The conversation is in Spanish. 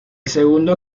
segundo